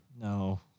No